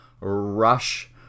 Rush